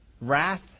wrath